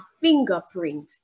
fingerprint